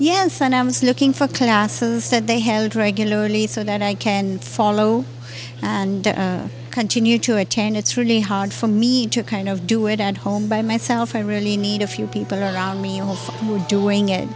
yes and i was looking for classes said they have it regularly so that i can follow and continue to attend it's really hard for me to kind of do it at home by myself i really need a few people around me more doing it